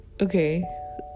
Okay